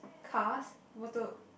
cars motor